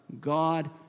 God